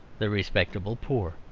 the respectable poor.